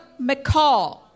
McCall